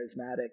charismatic